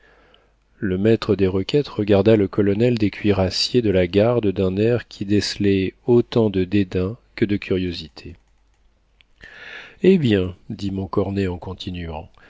le maître des requêtes regarda le colonel des cuirassiers de la garde d'un air qui décelait autant de dédain que de curiosité eh bien dit montcornet en continuant